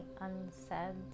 unsaid